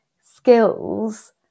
skills